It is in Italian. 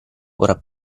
ora